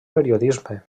periodisme